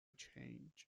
change